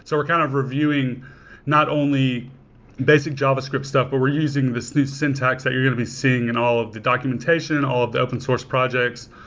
so we're kind of reviewing not only basic javascript stuff, but we're using these syntax that you're going to be seeing in all of the documentation, all of the open-source projects,